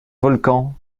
volcans